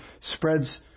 spreads